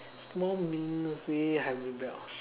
small meaningless way I rebelled